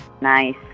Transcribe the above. Nice